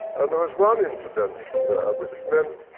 and there was one intervention there which meant